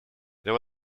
there